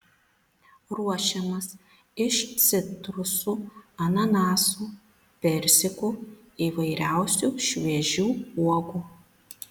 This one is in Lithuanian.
ruošiamas iš citrusų ananasų persikų įvairiausių šviežių uogų